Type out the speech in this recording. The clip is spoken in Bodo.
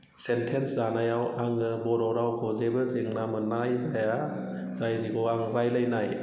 सेन्टेन्स दानायाव आङो बर' रावखौ जेबो जेंना मोननाय जाया जायखौ आं रायज्लायनाय